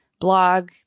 blog